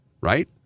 right